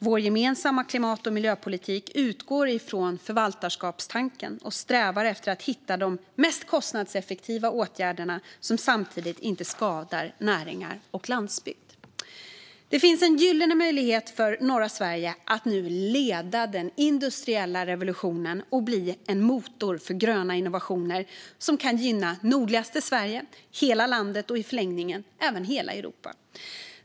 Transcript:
Vår gemensamma klimat och miljöpolitik utgår från förvaltarskapstanken och strävar efter att hitta de mest kostnadseffektiva åtgärderna, som samtidigt inte skadar näringar och landsbygd. Det finns en gyllene möjlighet för norra Sverige att nu leda den nya industriella revolutionen och bli en motor för gröna innovationer som kan gynna nordligaste Sverige, hela landet och i förlängningen hela Europa.